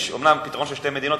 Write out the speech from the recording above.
יש אומנם פתרון של שתי מדינות,